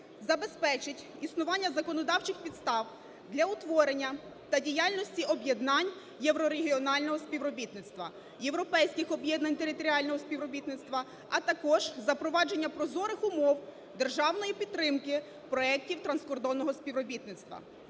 забезпечить існування законодавчих підстав для утворення та діяльності об'єднань єврорегіонального співробітництва, європейських об'єднань територіального співробітництва, а також запровадження прозорих умов державної підтримки проектів транскордонного співробітництва.